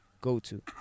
go-to